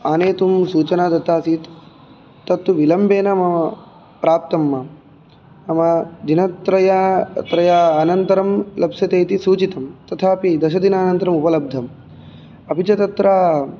आनेतुं सूचना दत्तासीत् तत्तु विलम्बेन मम प्राप्तं मां नाम दिनत्रय अनन्तरं लप्स्यते इति सूचितं तथापि दशदिनानन्तरम् उपलब्धम् अपि च तत्र